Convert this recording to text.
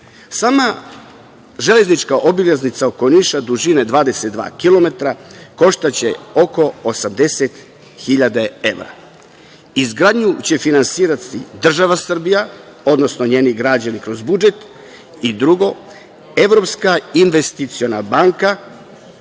Sama železnička obilaznica oko Niša, dužine 22kilometra, koštaće oko 80.000 evra. Izgradnju će finansirati država Srbija, odnosno njeni građani kroz budžet i drugo Evropska investiciona banka.